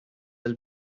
will